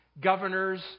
governors